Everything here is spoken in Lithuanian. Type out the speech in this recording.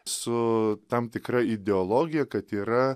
su tam tikra ideologija kad yra